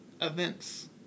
events